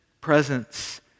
presence